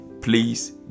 please